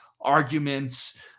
arguments